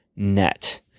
net